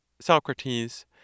Socrates